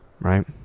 right